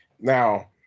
Now